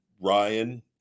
Ryan